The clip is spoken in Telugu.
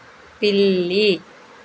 పిల్లి